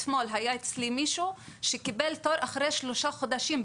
אתמול היה אצלי מישהו שקיבל תור אחרי שלושה חודשים.